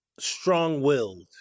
strong-willed